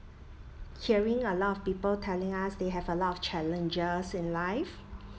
hearing a lot of people telling us they have a lot of challenges in life